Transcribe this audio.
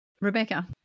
Rebecca